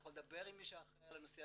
אתה יכול לדבר עם מי שאחראי על הנושא,